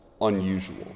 unusual